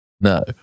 No